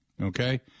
Okay